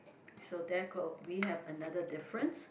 so their call we have another difference